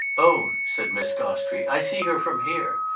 oh, said miss gostrey, i see her from here!